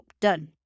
done